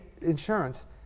insurance